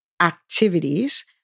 activities